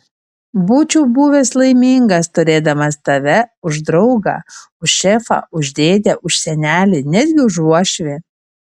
būčiau buvęs laimingas turėdamas tave už draugą už šefą už dėdę už senelį netgi už uošvį